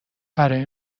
برای